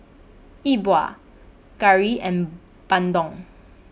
Yi Bua Curry and Bandung